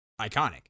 iconic